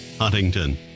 Huntington